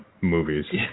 movies